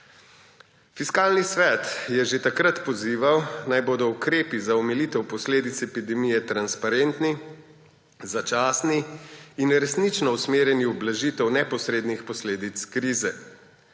Fiskalni svet je že takrat pozival, naj bodo ukrepi za omilitev posledic epidemije transparentni, začasni in resnično usmerjeni v blažitev neposrednih posledic krize,